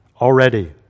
already